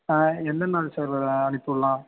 ஆ எந்த நாள் சார் வரு அனுப்பிவிட்லாம்